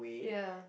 ya